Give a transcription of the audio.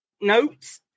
notes